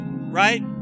right